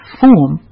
form